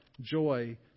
joy